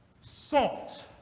Salt